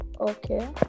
okay